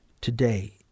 today